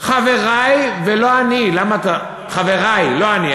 חברי ולא אני, חברי, לא אני.